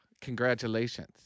congratulations